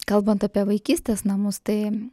kalbant apie vaikystės namus tai